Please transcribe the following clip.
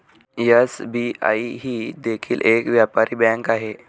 SBI ही देखील एक व्यापारी बँक आहे